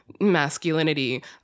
masculinity